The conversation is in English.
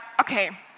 okay